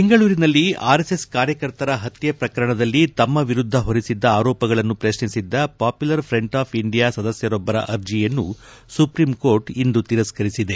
ಬೆಂಗಳೂರಿನಲ್ಲಿ ಆರ್ಎಸ್ಎಸ್ ಕಾರ್ಯಕರ್ತರ ಹತ್ತೆ ಪ್ರಕರಣದಲ್ಲಿ ತಮ್ಮ ವಿರುದ್ದ ಹೊರಬಿದ್ದ ಆರೋಪಗಳನ್ನು ಪ್ರಶ್ನಿಸಿದ್ದ ಪಾಪುಲರ್ ಫ್ರಂಟ್ ಆಫ್ ಇಂಡಿಯಾ ಸದಸ್ವರೊಬ್ಬರ ಅರ್ಜಿಯನ್ನು ಸುಪ್ರೀಂಕೋರ್ಟ್ ಇಂದು ತಿರಸ್ಕರಿಸಿದೆ